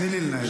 תני לי לנהל.